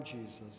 Jesus